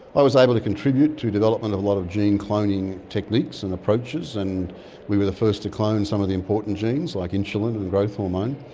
i was able to contribute to development of a lot of gene cloning techniques and approaches, and we were the first to clone some of the important genes like insulin and growth hormone.